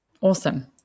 Awesome